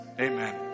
Amen